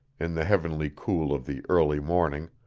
in the heavenly cool of the early morning,